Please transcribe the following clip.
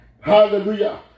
Hallelujah